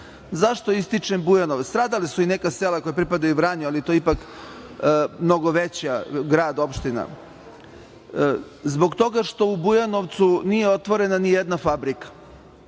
90%.Zašto ističem Bujanovac, iako su tradala i neka sela koja pripadaju Vranju, ali to je ipak mnogo veći grad i opština, zbog toga što u Bujanovcu nije otvorena ni jedna fabrika